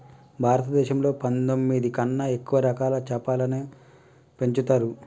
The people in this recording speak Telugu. భారతదేశంలో పందొమ్మిది కన్నా ఎక్కువ రకాల చాపలని పెంచుతరు